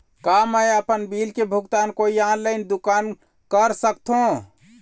का मैं आपमन बिल के भुगतान कोई ऑनलाइन दुकान कर सकथों?